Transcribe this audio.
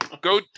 go